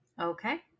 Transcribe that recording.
Okay